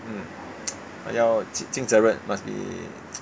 mm 我要进进责任 must be